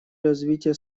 развития